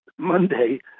Monday